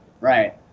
Right